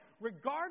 regardless